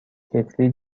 کتری